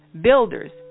builders